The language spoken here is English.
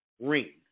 ring